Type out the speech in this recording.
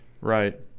Right